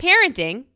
Parenting